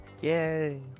Yay